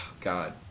God